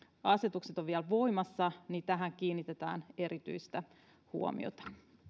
asetukset ovat vielä voimassa tähän kiinnitetään erityistä huomiota